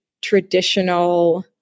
traditional